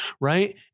right